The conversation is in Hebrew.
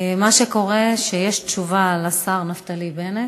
מה שקורה זה שיש תשובה לשר נפתלי בנט,